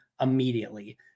immediately